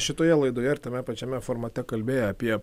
šitoje laidoje ir tame pačiame formate kalbėję apie